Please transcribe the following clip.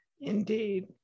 Indeed